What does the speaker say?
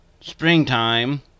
springtime